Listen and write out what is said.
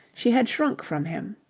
she had shrunk from him.